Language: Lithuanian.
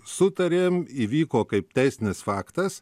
sutarėm įvyko kaip teisinis faktas